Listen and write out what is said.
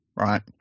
right